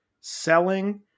selling